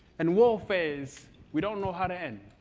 and warfares we don't know how to end.